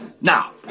Now